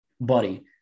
buddy